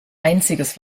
einziges